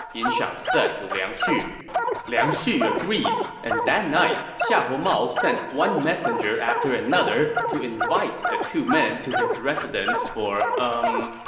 yin shang said to liang xu liang xu agreed. and that night, xiahou mao sent one messenger after another to invite the two men to his residence for, umm,